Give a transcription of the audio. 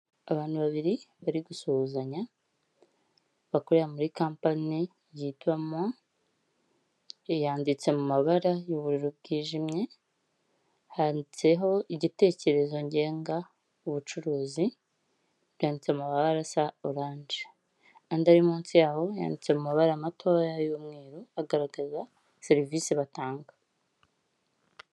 Abantu babiri bari gusuhuzanya bakorera muri kampani yiga mu yanditse mu mabara y'ubururu bwijimye, handitseho igitekerezo ngenga ubucuruzi, byanditse mu mabara asa orange. Andi ari munsi yaho yanditse mu mabara matoya y'umweru bagaragaza serivisi batanga.